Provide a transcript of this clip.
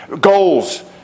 goals